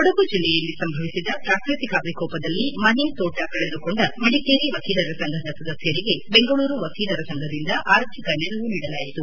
ಕೊಡಗು ಜಿಲ್ಲೆಯಲ್ಲಿ ಸಂಭವಿಸಿದ ಪ್ರಾಕೃತಿಕ ವಿಕೋಪದಲ್ಲಿ ಮನೆ ತೋಟ ಕಳೆದುಕೊಂಡ ಮಡಿಕೇರಿ ವಕೀಲರ ಸಂಘದ ಸದಸ್ಸಂಗೆ ಬೆಂಗಳೂರು ವಕೀಲರ ಸಂಘದಿಂದ ಆರ್ಥಿಕ ನೆರವು ನೀಡಲಾಯಿತು